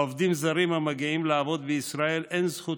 לעובדים זרים המגיעים לעבוד בישראל אין זכות